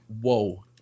whoa